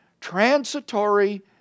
transitory